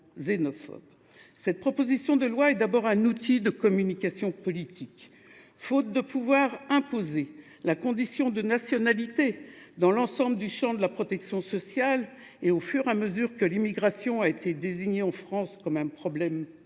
Cette proposition de loi est d’abord un outil de communication politique. Faute de pouvoir imposer la condition de nationalité dans l’ensemble du champ de la protection sociale et au fur et à mesure que l’immigration a été désignée en France comme un problème public,